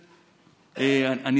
אגב,